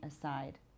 aside